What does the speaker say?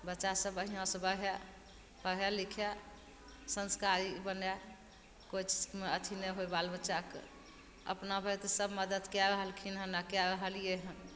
बच्चा सब बढ़िआँसँ बढ़य पढ़य लिखय संस्कारी बनय कोइ चीज मे अथी नहि होइ बाल बच्चाके अपना भरि तऽ सब मदति कए रहलखिन हन आओर कए रहलियै हन